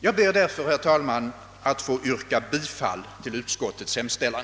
Jag ber därför, herr talman, att få yrka bifall till utskottets hemställan.